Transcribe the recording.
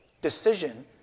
decision